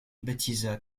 baptisa